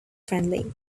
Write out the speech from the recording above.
friendly